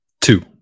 Two